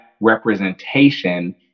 representation